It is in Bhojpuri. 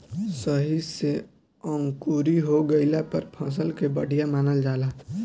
सही से अंकुरी हो गइला पर फसल के बढ़िया मानल जाला